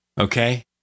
Okay